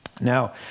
Now